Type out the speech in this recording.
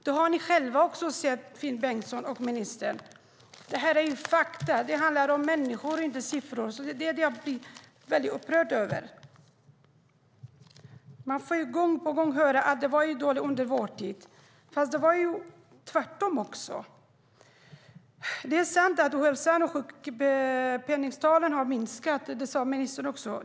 Ni har själva också sett, Finn Bengtsson och ministern, att det här är fakta. Det handlar om människor och inte siffror, och det är det jag blir upprörd över. Man får gång på gång höra att det var dåligt under vår tid vid makten. Men det var tvärtom också. Det är sant att ohälsan och sjukpenningtalen har minskat, det sade ministern också.